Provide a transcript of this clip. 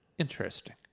Interesting